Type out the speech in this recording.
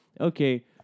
Okay